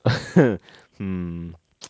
hmm